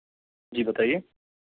जी बताइए